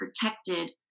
protected